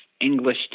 English